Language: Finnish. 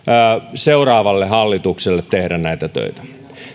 seuraavalle hallitukselle tehdä näitä töitä